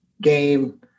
game